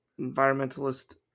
environmentalist